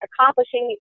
accomplishing